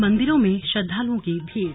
मंदिरों में श्रद्वालुओं की भीड